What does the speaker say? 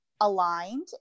aligned